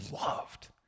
loved